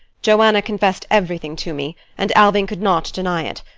johanna confessed everything to me and alving could not deny it.